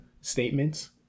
statements